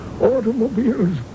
Automobiles